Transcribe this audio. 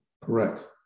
Correct